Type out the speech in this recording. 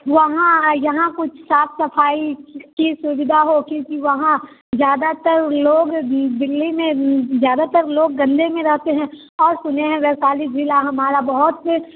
वहाँ यहाँ कुछ साफ़ सफ़ाई की सुविधा हो क्योंकि वहाँ ज़्यादातर लोग दिल्ली में ज़्यादातर लोग गंदे में रहते हैं और उन्हें वैशाली ज़िला हमारा बहुत से